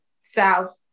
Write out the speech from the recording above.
South